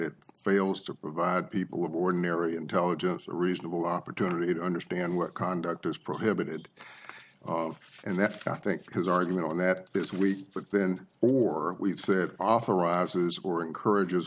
it fails to provide people with ordinary intelligence a reasonable opportunity to understand what conduct is prohibited of and that i think his argument on that this week then or we've said authorizes or encourages